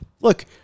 look